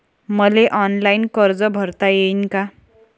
मले ऑनलाईन कर्ज भरता येईन का?